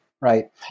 right